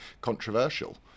controversial